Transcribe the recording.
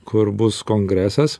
kur bus kongresas